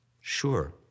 sure